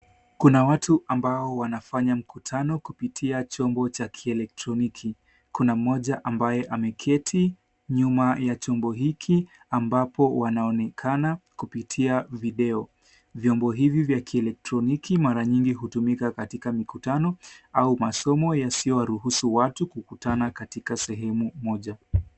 Kuna watu ambao wanafanya mkutano kupitia chombo cha kielektroniki. Kuna mmoja ambaye ameketi, nyuma ya chombo hiki, ambapo wanaonekana kupitia video. Vyombo hivi vya kielektroniki mara nyingi hutumika katika mikutano, au masomo yasiyowaruhusu watu kukutana katika sehemu moja.